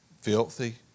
filthy